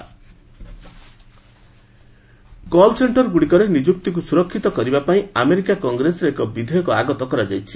US legislation call ସେଣ୍ଟରଗୁଡିକରେ ନିଯୁକ୍ତିକୁ ସୁରକ୍ଷିତ କରିବା ପାଇଁ ଆମେରିକା କଂଗ୍ରେସରେ ଏକ ବିଧେୟକ ଆଗତ କରାଯାଇଛି